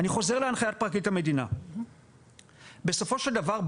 אני חוזר להנחיית פרקליט המדינה בסופו של דבר,